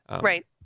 Right